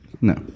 No